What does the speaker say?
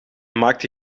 maakte